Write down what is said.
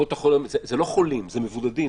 זה לא חולים אלא מבודדים.